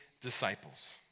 disciples